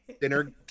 dinner